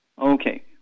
Okay